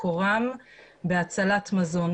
מקורם בהצלת מזון.